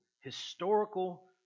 historical